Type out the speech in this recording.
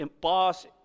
boss